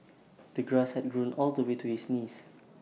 the grass had grown all the way to his knees